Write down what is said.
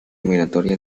eliminatoria